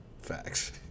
Facts